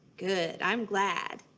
good, i'm glad.